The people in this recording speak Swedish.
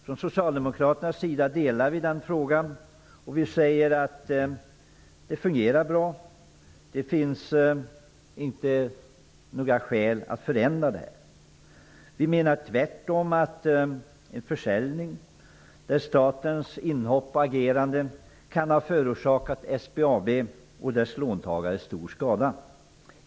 Från socialdemokratisk sida delar vi den uppfattningen. Vi säger att det fungerar bra och att det inte finns några skäl att förändra ägarförhållandena. Vi menar tvärtom att en försäljning genom statens inhopp och agerande kan förorsaka SBAB och dess låntagare stor skada.